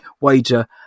wager